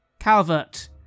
Calvert